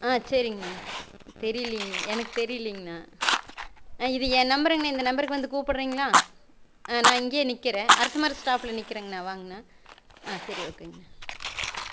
சரிங்கண்ணா தெரியலங்க எனக்கு தெரிலங்கண்ணா இது என் நம்பர்ங்கண்ணா இந்த நம்பருக்கு வந்து கூப்பிடுறீங்களா நான் இங்கே நிக்கிறேன் அரசமரம் ஸ்டாப்பில் நிக்கிறங்கண்ணா வாங்கண்ணா சரி ஓகேங்கண்ணா